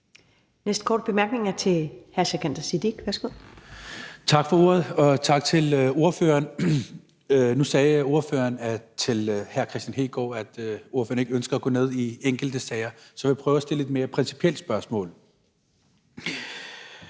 Siddique. Værsgo. Kl. 22:20 Sikandar Siddique (UFG): Tak for ordet, og tak til ordføreren. Nu sagde ordføreren til hr. Kristian Hegaard, at ordføreren ikke ønsker at gå ned i enkelte sager, så jeg vil prøve at stille et lidt mere principielt spørgsmål.